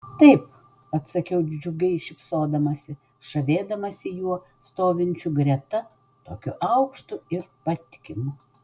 taip atsakiau džiugiai šypsodamasi žavėdamasi juo stovinčiu greta tokiu aukštu ir patikimu